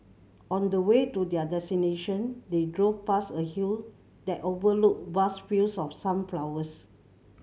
on the way to their destination they drove past a hill that overlooked vast fields of sunflowers